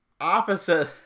opposite